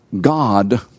God